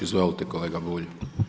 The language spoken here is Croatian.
Izvolite, kolega Bulj.